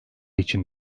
için